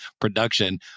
production